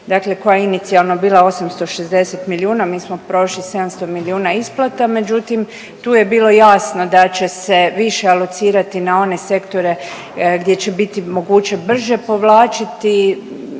dakle koja je inicijalno bila 860 milijuna, mi smo prošli 700 milijuna isplata međutim tu je bilo jasno da će se više alocirati na one sektore gdje će biti moguće brže povlačiti.